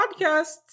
podcasts